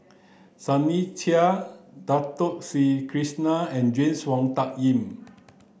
Sunny Sia Dato Sri Krishna and James Wong Tuck Yim